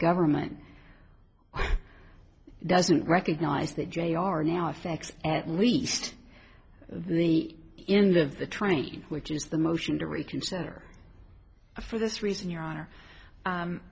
government doesn't recognize that jr now thinks at least the end of the train which is the motion to reconsider for this reason your honor